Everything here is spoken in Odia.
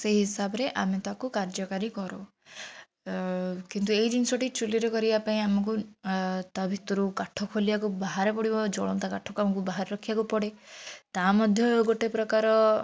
ସେଇ ହିସାବରେ ଆମେ ତାକୁ କାର୍ଯ୍ୟକାରୀ କରୁ କିନ୍ତୁ ଏଇ ଜିନିଷଟି ଚୂଲିରେ କରିବା ପାଇଁ ଆମକୁ ତା'ଭିତରୁ କାଠ ଖୋଲିବାକୁ ବାହାର ପଡ଼ିବ ଜଳନ୍ତା କାଠକୁ ଆମକୁ ବାହାର ରଖିବାକୁ ପଡ଼େ ତା'ମଧ୍ୟରୁ ଗୋଟେ ପ୍ରକାର